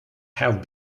have